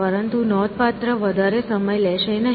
પરંતુ નોંધપાત્ર વધારે સમય લેશે નહીં